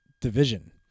division